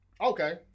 Okay